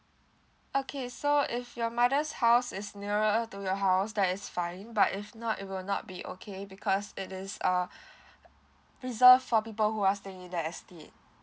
okay so if your mother's house is nearer to your house that is fine but if not it will not be okay because it is uh visa for people who are staying in the estate